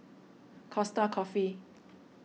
Costa Coffee